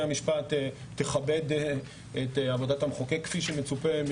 המשפט תכבד את עבודת המחוקק כפי שמצופה גם